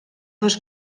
dos